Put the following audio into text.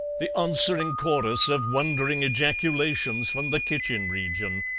the answering chorus of wondering ejaculations from the kitchen region,